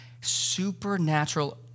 supernatural